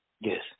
Yes